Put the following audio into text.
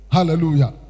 Hallelujah